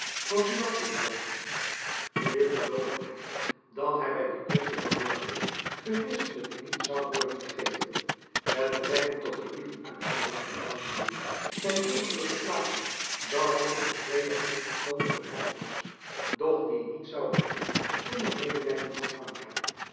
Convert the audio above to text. wat buat betrof de witt beloofde hem dat hy by de eerste bevordering gewisselijk niet zoû worden vergeten met betrekking tot de brieven uit engeland herhaalde de witt zijn vroegere verklaring dat hy tot den vredehandel volkomen bereid was doch dien niet zoû beginnen zonder medewerking van frankrijk